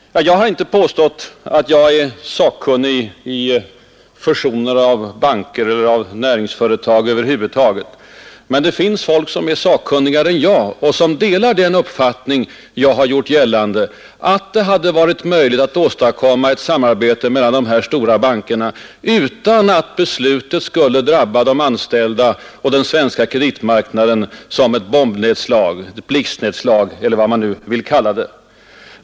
Jag har inte påstått att jag är sakkunnig i fusioner av banker eller av näringsföretag över huvud taget. Men det finns folk som är sakkunnigare än jag och som delar den uppfattning jag har hävdat, att det hade varit möjligt att åstadkomma ett samarbete mellan de här stora bankerna utan att beslutet behövt drabba de anställda och den svenska kreditmarknaden som ett bombnedslag eller ett blixtnedslag eller vad man nu vill kalla det.